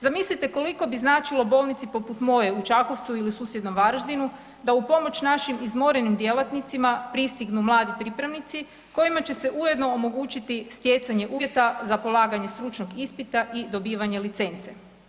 Zamislite koliko bi značilo bolnici poput moje u Čakovcu ili u susjednom Varaždinu pa upomoć našim izmorenim djelatnicima pristignu mladi pripravnici kojima će se ujedno omogućiti stjecanje uvjeta za polaganje stručnog ispita i dobivanje licence.